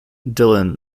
dylan